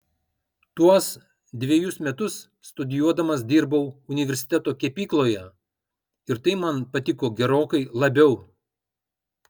tuos dvejus metus studijuodamas dirbau universiteto kepykloje ir tai man patiko gerokai labiau